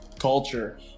Culture